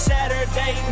Saturday